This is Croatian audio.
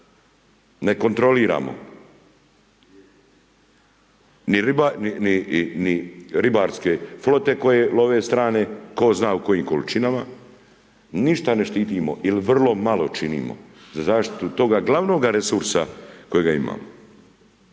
Ne kontroliramo. Ni ribarske flote koje love strane, tko zna u kojim količinama ništa ne štitimo ili vrlo malo činimo za zaštitu toga glavnoga resursa kojega imamo.